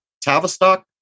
Tavistock